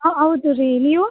ಹಾಂ ಹೌದು ರೀ ನೀವು